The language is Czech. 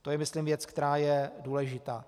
To je myslím věc, která je důležitá.